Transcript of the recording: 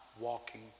walking